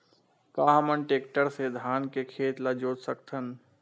का हमन टेक्टर से धान के खेत ल जोत सकथन?